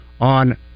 on